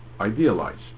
idealized